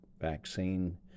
vaccine